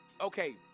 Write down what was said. Okay